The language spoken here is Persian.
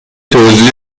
توزیع